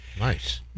Nice